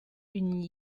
une